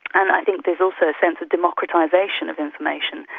and i think there's also a sense of democratisation of information,